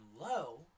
low